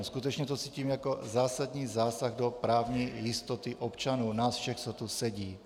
Skutečně to cítím jako zásadní zásah do právní jistoty občanů, nás všech, co tu sedí.